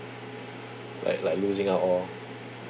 like like losing out all